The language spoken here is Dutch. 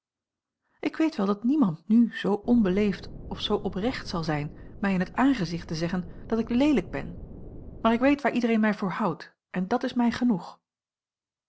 ik weet wel dat niemand nu zoo onbeleefd of zoo oprecht zal zijn mij in t aangezicht te zeggen dat ik leelijk ben maar ik weet waar iedereen mij voor houdt en dat is mij genoeg